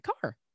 car